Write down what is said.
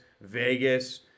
Vegas